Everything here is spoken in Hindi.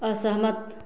असहमत